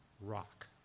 rock